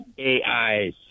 AIs